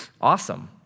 Awesome